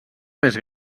més